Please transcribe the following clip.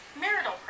marital